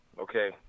okay